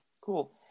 cool